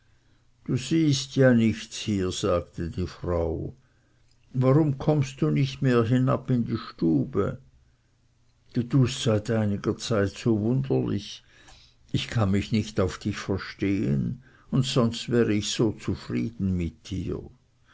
du siehst ja nichts hier sagte die frau warum kommst du nicht mehr hinab in die stube du tust seit einiger zeit so wunderlich ich kann mich nicht auf dich verstehen und sonst wäre ich so zufrieden mit dir